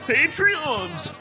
Patreons